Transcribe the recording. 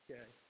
Okay